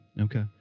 Okay